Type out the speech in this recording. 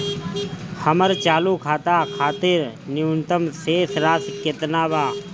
हमर चालू खाता खातिर न्यूनतम शेष राशि केतना बा?